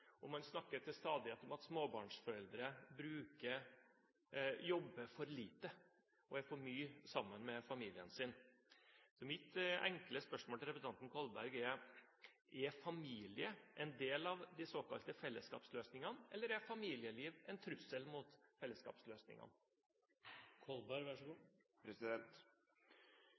og man snakker til stadighet om at småbarnsforeldre jobber for lite og er for mye sammen med familien sin. Så mitt enkle spørsmål til representanten Kolberg er: Er familie en del av de såkalte fellesskapsløsningene, eller er familieliv en trussel mot fellesskapsløsningene?